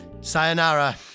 Sayonara